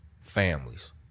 families